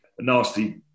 nasty